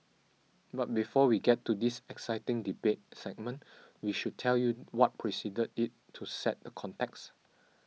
but before we get to this exciting debate segment we should tell you what preceded it to set the context